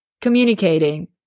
communicating